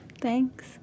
Thanks